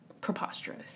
preposterous